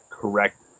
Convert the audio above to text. correct